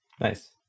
Nice